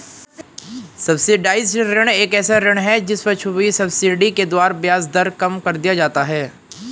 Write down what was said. subsidised ऋण एक ऐसा ऋण है जिस पर छुपी हुई सब्सिडी के द्वारा ब्याज दर कम कर दिया जाता है